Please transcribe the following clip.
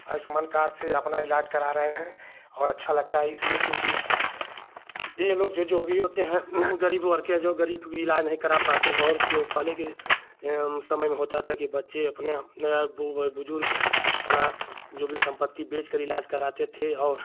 Ayushman card से अपना इलाज़ करा रहे हैं और अच्छा लगता है इसलिए क्योंकि यह लोग जो जो भी होते हैं और गरीब वर्ग के जो गरीब इलाज़ नहीं करा पाते हैं और पहले के जो समय में होता था कि बच्चे अपने बु बुज़ुर्ग अपनी जो भी सम्पत्ति बेचकर इलाज़ कराते थे और